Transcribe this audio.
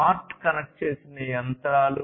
smart connect చేసిన యంత్రాలు